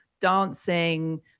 dancing